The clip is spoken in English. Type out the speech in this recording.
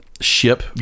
ship